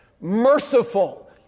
merciful